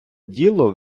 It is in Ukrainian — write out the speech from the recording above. діло